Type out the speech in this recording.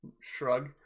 Shrug